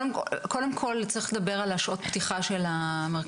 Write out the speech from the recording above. קודם כל, צריך לדבר על שעות הפתיחה של המרכזים.